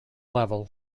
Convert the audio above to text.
level